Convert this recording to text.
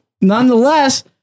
Nonetheless